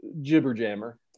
jibber-jammer